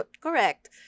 Correct